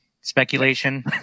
speculation